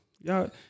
Y'all